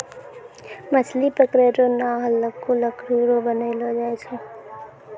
मछली पकड़ै रो नांव हल्लुक लकड़ी रो बनैलो जाय छै